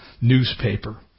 newspaper